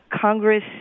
Congress